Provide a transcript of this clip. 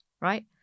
right